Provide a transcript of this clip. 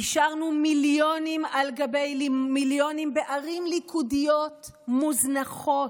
אישרנו מיליונים על גבי מיליונים בערים ליכודיות מוזנחות,